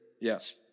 Yes